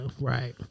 right